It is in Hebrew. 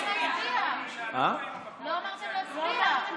לא אמרתם להצביע.